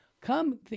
Come